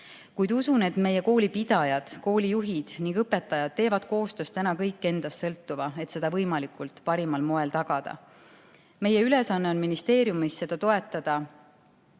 Kuid usun, et meie koolipidajad, koolijuhid ning õpetajad teevad koostöös kõik endast sõltuva, et seda võimalikult parimal moel tagada. Meie ülesanne on ministeeriumis seda toetada,